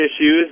issues